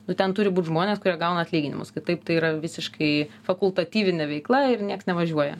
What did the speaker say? nu ten turi būt žmonės kurie gauna atlyginimus kitaip tai yra visiškai fakultatyvinė veikla ir nieks nevažiuoja